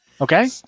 Okay